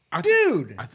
dude